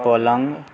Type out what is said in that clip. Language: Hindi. पलंग